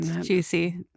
Juicy